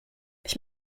ich